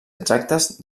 exactes